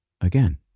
again